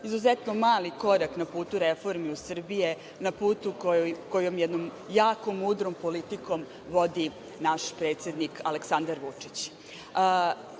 izuzetno mali korak na putu reformi Srbije, na putu koji jednom jako mudrom politikom vodi naš predsednik Aleksandar Vučić. Kao